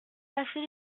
passer